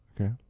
Okay